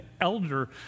elder